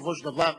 בסופו של דבר,